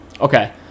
Okay